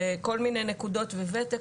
וכל מיני נקודות וותק,